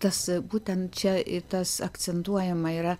tas būtent čia tas akcentuojama yra